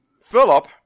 Philip